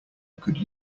could